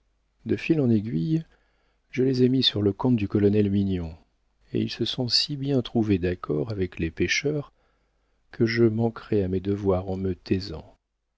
de fil en aiguille je les ai mis sur le compte du colonel mignon et ils se sont si bien trouvés d'accord avec les pêcheurs que je manquerais à mes devoirs en me taisant